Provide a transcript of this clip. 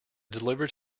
delivered